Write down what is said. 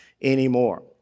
anymore